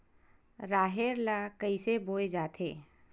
राहेर ल कइसे बोय जाथे?